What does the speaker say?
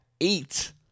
eight